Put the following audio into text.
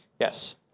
yes